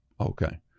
Okay